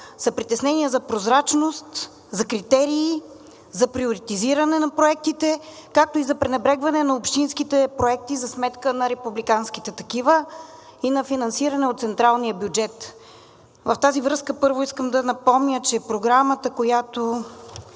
са притеснения за прозрачност, за критерии, за приоритизиране на проектите, както и за пренебрегване на общинските проекти за сметка на републиканските такива и на финансиране от централния бюджет. В тази връзка, първо, искам да напомня, че програмата, която